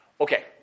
Okay